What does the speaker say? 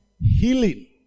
healing